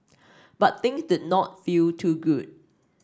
but things did not feel too good